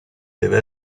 deve